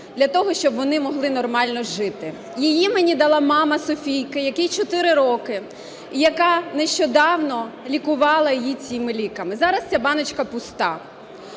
для того, щоб вони могли нормально жити. Її мені дала мама Софійки, якій 4 роки і яка нещодавно лікувала її цими ліками. Зараз ця баночка пуста.